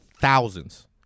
Thousands